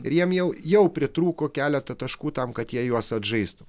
ir jiem jau jau pritrūko keletą taškų tam kad jie juos atžaistų